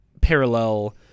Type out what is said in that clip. parallel